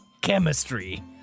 chemistry